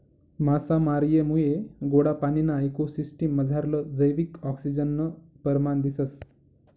मासामारीमुये गोडा पाणीना इको सिसटिम मझारलं जैविक आक्सिजननं परमाण दिसंस